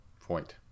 point